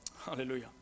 Hallelujah